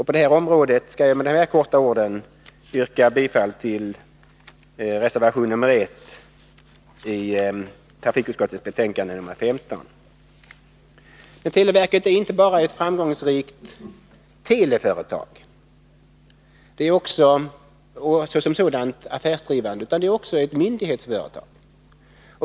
På detta område skall jag med dessa få ord yrka bifall till reservation nr 1 i trafikutskottets betänkande nr 15. Televerket är inte bara ett framgångsrikt affärsdrivande teleföretag. Det är också ett myndighetsföretag.